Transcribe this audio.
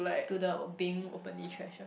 to the being openly trash ah